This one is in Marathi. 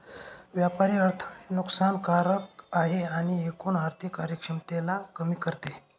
व्यापारी अडथळे नुकसान कारक आहे आणि एकूण आर्थिक कार्यक्षमतेला कमी करते